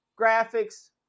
graphics